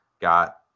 got